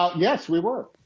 ah yes, we were.